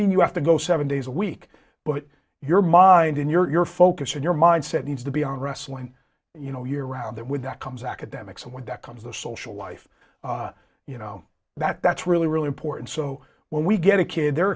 mean you have to go seven days a week but your mind and your focus and your mindset needs to be on wrestling you know year round that when that comes academics and when that comes the social life you know that that's really really important so when we get a kid they're